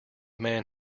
man